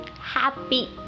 happy